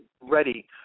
ready